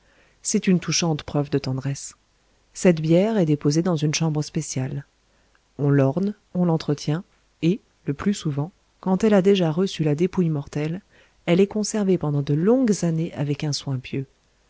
c'est une touchante preuve de tendresse cette bière est déposée dans une chambre spéciale on l'orne on l'entretient et le plus souvent quand elle a déjà reçu la dépouille mortelle elle est conservée pendant de longues années avec un soin pieux